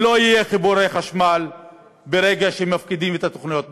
לא יהיו חיבורי חשמל ברגע שמפקידים את התוכניות המפורטות.